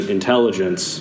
intelligence